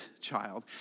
child